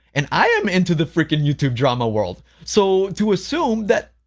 and i am into the freaking youtube drama world so to assume that